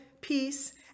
peace